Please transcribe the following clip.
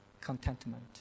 contentment